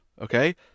okay